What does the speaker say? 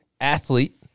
Athlete